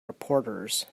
reporters